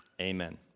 Amen